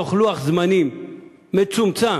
בלוח זמנים מצומצם,